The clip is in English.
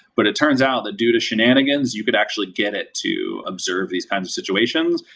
but it turns out that due to shenanigans, you could actually get it to observe these kinds of situations.